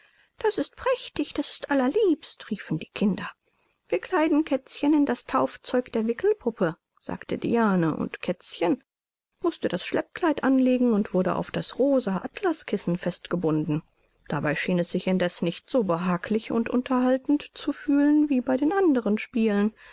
das ist prächtig das ist allerliebst riefen die kinder wir kleiden kätzchen in das taufzeug der wickelpuppe sagte diane und kätzchen mußte das schleppkleid anlegen und wurde auf das rosa atlas kissen festgebunden dabei schien es sich indeß nicht so behaglich und unterhaltend zu fühlen wie bei den anderen spielen